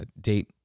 date